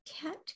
cat